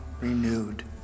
renewed